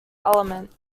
element